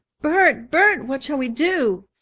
bert! bert! what shall we do?